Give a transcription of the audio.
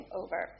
over